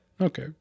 okay